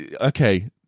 okay